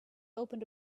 opened